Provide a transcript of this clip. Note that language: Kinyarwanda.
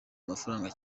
amafaranga